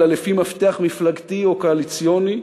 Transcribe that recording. אלא לפי מפתח מפלגתי או קואליציוני.